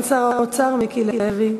יציג את הצעת החוק סגן שר האוצר מיקי לוי.